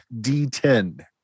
d10